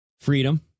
Freedom